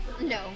No